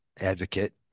advocate